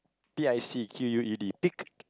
P_I_C_Q_U_E_D picqued